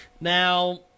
Now